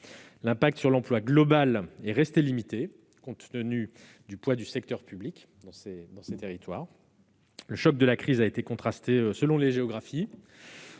L'impact sur l'emploi global est resté limité en raison du secteur public dans ces territoires. Le choc de la crise a été contrasté selon les géographies.